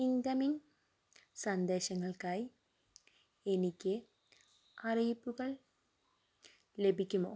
incoming സന്ദേശങ്ങൾക്കായി എനിക്ക് അറിയിപ്പുകൾ ലഭിക്കുമോ